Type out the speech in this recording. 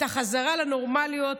את החזרה לנורמליות,